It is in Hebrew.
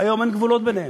והיום אין גבולות ביניהן.